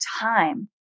time